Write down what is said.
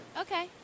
okay